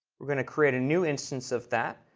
we're going to create a new instance of that,